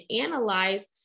analyze